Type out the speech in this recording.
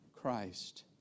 Christ